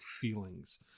feelings